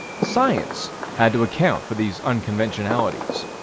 science had to account for these unconventionalities.